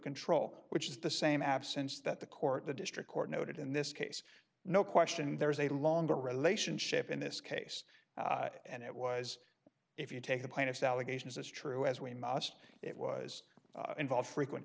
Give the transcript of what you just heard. control which is the same absence that the court the district court noted in this case no question there was a longer relationship in this case and it was if you take the plaintiff's allegations as true as we must it was involve frequent